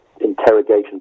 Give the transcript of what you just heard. interrogation